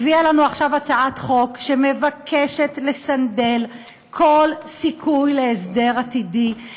הביאה לנו עכשיו הצעת חוק שמבקשת לסנדל כל סיכוי להסדר עתידי,